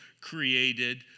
created